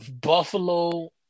Buffalo